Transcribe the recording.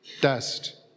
Dust